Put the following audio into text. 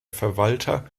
verwalter